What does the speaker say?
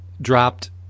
dropped